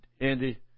Andy